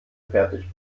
fertig